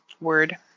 Word